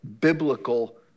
biblical